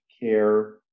care